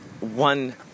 one